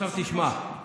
לא שומעים.